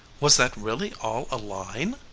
was that really all a line?